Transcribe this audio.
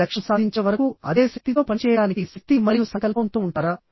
మీ లక్ష్యం సాధించే వరకు అదే శక్తితో పనిచేయడానికి శక్తి మరియు సంకల్పం తో ఉంటారా